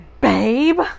babe